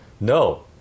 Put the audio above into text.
No